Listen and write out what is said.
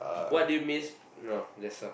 what do you miss no that's tough